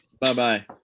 Bye-bye